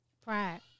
Pride